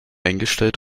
eingestellt